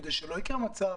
כדי שלא יקרה מצב